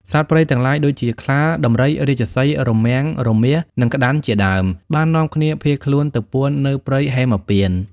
សត្វព្រៃទាំងឡាយដូចជា ខ្លា ដំរី រាជសីហ៍ រមាំង រមាស និងក្តាន់ជាដើម បាននាំគ្នាភៀសខ្លួនទៅពួននៅព្រៃហេមពាន្ត។